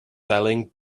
selling